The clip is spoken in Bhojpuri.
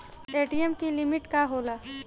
ए.टी.एम की लिमिट का होला?